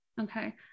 Okay